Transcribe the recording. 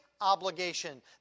obligation